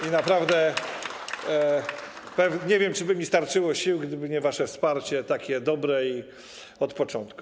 i naprawdę nie wiem, czy by mi starczyło sił, gdyby nie wasze wsparcie, takie dobre i od początku.